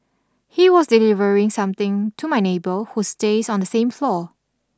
he was delivering something to my neighbour who stays on the same floor